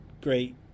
great